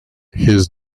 his